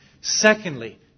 Secondly